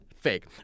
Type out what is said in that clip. Fake